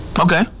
Okay